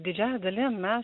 didžiąja dalim mes